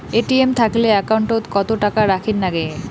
ATM থাকিলে account ওত কত টাকা রাখীর নাগে?